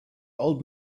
old